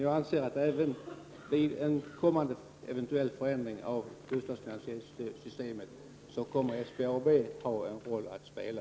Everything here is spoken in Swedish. Jag anser att SBAB även vid en eventuell kommande förändring av bostadsfinansieringssystemet kommer att ha en roll att spela.